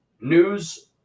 news